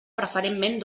preferentment